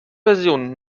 version